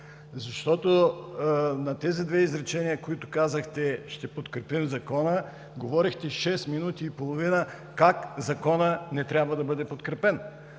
защото на тези две изречения, в които казахте: „Ще подкрепим Закона“, говорихте шест минути и половина как Законът не трябва да е подкрепен.